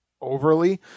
overly